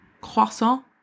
croissant